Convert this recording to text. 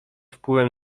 wpływem